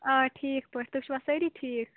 آ ٹھیٖک پٲٹھۍ تُہۍ چھُوا سٲری ٹھیٖک